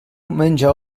menja